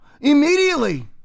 immediately